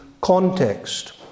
context